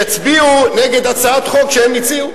יצביעו נגד הצעת חוק שהם הציעו.